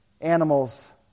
animals